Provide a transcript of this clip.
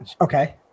Okay